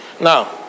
Now